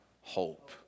hope